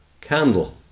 candle